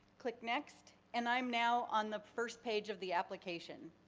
click next. and i'm now on the first page of the application.